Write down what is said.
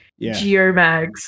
Geomags